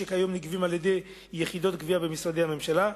שכיום נגבים על-ידי יחידות גבייה במשרדי הממשלה,